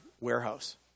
warehouse